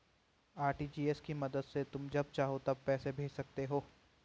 RTGS की मदद से तुम जब चाहो तब पैसे भेज सकते हो